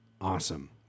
Awesome